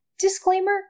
disclaimer